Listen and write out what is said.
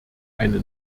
eine